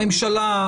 הממשלה,